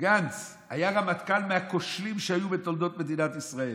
גנץ היה רמטכ"ל מהכושלים שהיו בתולדות מדינת ישראל.